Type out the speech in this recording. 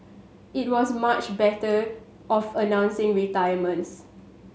it was much better of announcing retirements